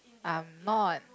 I'm not